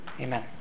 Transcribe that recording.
amen